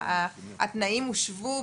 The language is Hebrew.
התנאים הושוו,